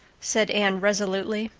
said anne resolutely.